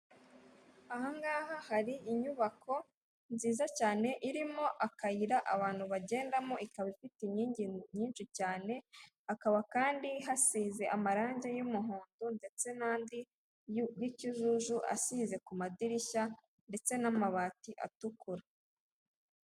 Aha ngaha hari inyubako nziza cyane, irimo akayira abantu bagendamo, ikaba ifite inkingi nyinshi cyane, hakaba kandi hasize amarange y'umuhondo ndetse n'andi y'ikijuju asinze ku madirishya ndetse n'amabati atukura.